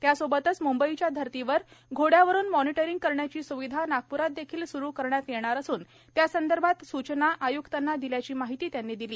त्या सोबतच मुंबईच्या धर्तीवर घोड़यावरून मॉनिटरिंग करण्याची सुविधा नागपुरात देखील सुरु करण्यात येणार असून त्या संदर्भात सूचना आयुक्तांना दिल्याची माहिती त्यांनी दिली